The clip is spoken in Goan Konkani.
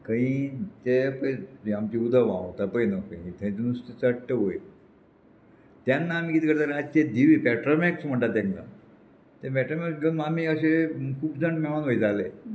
खंयी तें पळय आमचें उदक व्हांवता पळय न्हू थंय नुस्तें चडट वयर तेन्ना आमी किदें करतालें रातचें दिवें पेट्रोमॅक्स म्हणटा तांकां तें पेट्रोमॅक्स घेवन आमी अशें खूब जाण मेळोन वयताले